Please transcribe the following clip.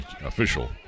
official